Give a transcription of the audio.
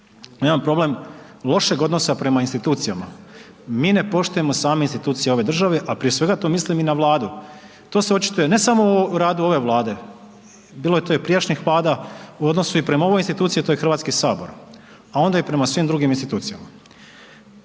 mi imamo problem lošeg odnosa prema institucijama, mi ne poštujemo same institucije ove države, a prije svega to mislim i na Vladu. To se očituje ne samo u radu ove Vlade, bilo je tu i prijašnjih vlada u odnosu i prema ovoj instituciji, a to Hrvatski sabor, a onda i prema svim drugim institucijama.